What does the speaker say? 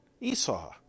Esau